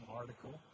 article